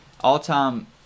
all-time